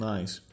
Nice